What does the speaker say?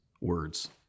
words